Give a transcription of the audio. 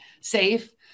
safe